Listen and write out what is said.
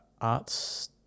arts –